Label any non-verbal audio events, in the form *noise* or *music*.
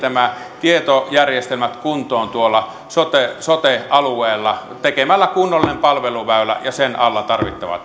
tietojärjestelmät kuntoon sote sote alueilla tekemällä kunnollisen palveluväylän ja sen alla tarvittavan *unintelligible*